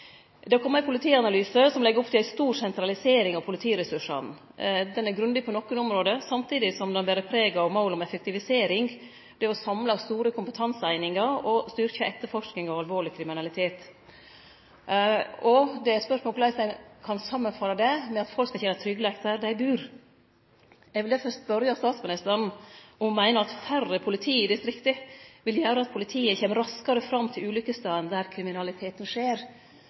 har kome ein politianalyse som legg opp til stor sentralisering av politiressursane. Den er grundig på nokre område, samtidig som den ber preg av mål om effektivisering – det å samle store kompetanseeiningar og å styrkje etterforsking av alvorleg kriminalitet. Det er spørsmål om korleis dette skal samanfalle med at folk skal kjenne tryggleik der dei bur. Eg vil derfor spørje statsministeren: Meiner ho at færre politi i distrikta vil gjere at politiet kjem raskare fram til ulukkesstader, der kriminaliteten skjer?